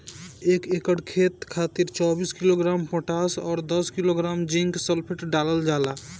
एक एकड़ खेत खातिर चौबीस किलोग्राम पोटाश व दस किलोग्राम जिंक सल्फेट डालल जाला?